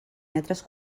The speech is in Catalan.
metres